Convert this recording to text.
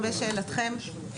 לשאלתכם,